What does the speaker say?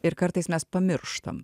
ir kartais mes pamirštam